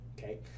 okay